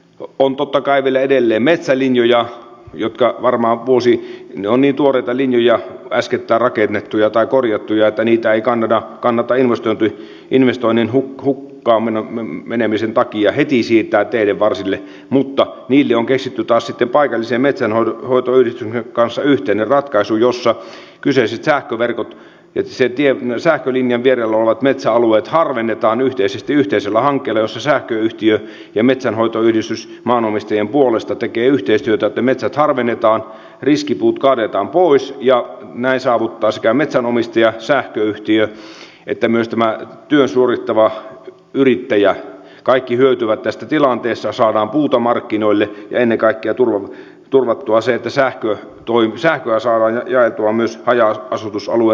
on totta kai vielä edelleen metsälinjoja niin tuoreita linjoja äskettäin rakennettuja tai korjattuja että niitä ei kannata investoinnin hukkaan menemisen takia heti siirtää teiden varsille mutta niille on keksitty taas sitten paikallisen metsänhoitoyhdistyksen kanssa yhteinen ratkaisu jossa kyseiset sähköverkot ja se tie kyseisen sähkölinjan vierellä olevat metsäalueet harvennetaan yhteisesti yhteisellä hankkeella jossa sähköyhtiö ja metsänhoitoyhdistys maanomistajien puolesta tekevät yhteistyötä että metsät harvennetaan riskipuut kaadetaan pois ja näin sekä metsänomistaja sähköyhtiö että myös tämä työn suorittava yrittäjä kaikki hyötyvät tästä tilanteesta ja saadaan puuta markkinoille ja ennen kaikkea turvattua se että sähköä saadaan jaeltua myös haja asutusalueen talouksiin